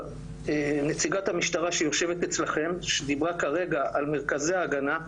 נציגת המשטרה שיושבת אצלכם שדיברה כרגע על מרכזי ההגנה,